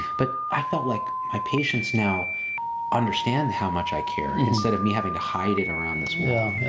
but i thought like my patients now understand how much i care instead of me having to hide it around this